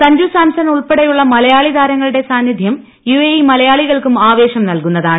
സഞ്ജു സാംസൺ ഉൾപ്പെടെയുള്ള മലയാളിതാരങ്ങളുടെ സാന്നിധ്യം ദുബായ് മലയാളികൾക്കും ആവേശം നൽകുന്നുതാണ്